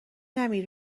نمیری